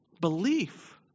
Belief